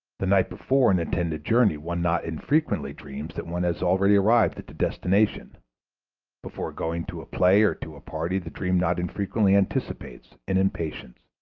the night before an intended journey one not infrequently dreams that one has already arrived at the destination before going to a play or to a party the dream not infrequently anticipates, in impatience,